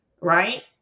right